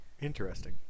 Interesting